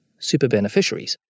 superbeneficiaries